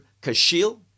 kashil